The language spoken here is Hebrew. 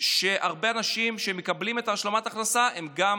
והרבה אנשים שמקבלים את השלמת ההכנסה הם גם